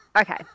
Okay